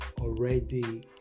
already